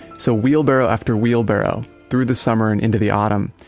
so wheelbarrow after wheelbarrow through the summer and into the autumn.